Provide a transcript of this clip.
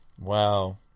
Wow